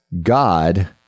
God